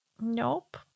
Nope